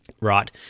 Right